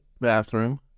bathroom